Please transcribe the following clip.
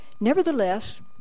Nevertheless